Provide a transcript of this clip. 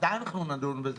מתי אנחנו נדון בזה?